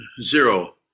Zero